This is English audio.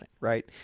right